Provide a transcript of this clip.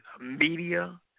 media